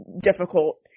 difficult